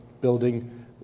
building